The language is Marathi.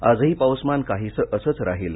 आजही पाऊसमान काहीसं असंच राहील